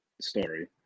story